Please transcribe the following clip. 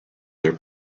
their